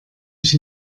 ich